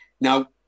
Now